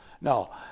No